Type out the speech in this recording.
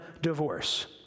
divorce